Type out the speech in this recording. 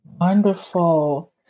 Wonderful